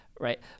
right